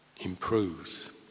improves